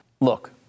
Look